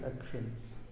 actions